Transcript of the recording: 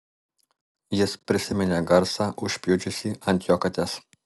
jis prisiminė garsą užpjudžiusį ant jo kates